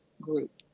group